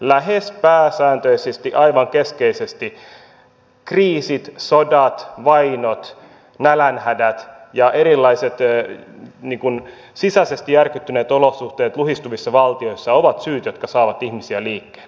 lähes pääsääntöisesti aivan keskeisesti kriisit sodat vainot nälänhädät ja erilaiset sisäisesti järkyttyneet olosuhteet luhistuvissa valtioissa ovat syyt jotka saavat ihmisiä liikkeelle